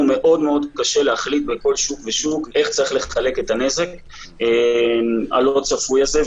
קשה מאוד להחליט בכל שוק ושוק איך צריך לחלק את הנזק הלא צפוי הזה.